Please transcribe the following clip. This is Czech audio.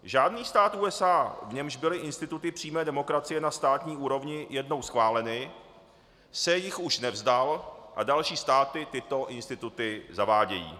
Žádný stát USA, v němž byly instituty přímé demokracie na státní úrovni jednou schváleny, se jich už nevzdal a další státy tyto instituty zavádějí.